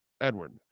Edward